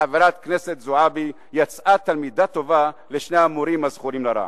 חברת הכנסת זועבי יצאה תלמידה טובה לשני המורים הזכורים לרע.